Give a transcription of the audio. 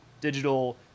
digital